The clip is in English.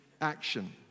action